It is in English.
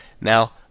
now